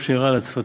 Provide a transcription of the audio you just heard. כמו שאירע לצרפית".